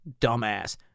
dumbass